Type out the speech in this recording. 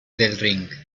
del